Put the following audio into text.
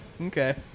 Okay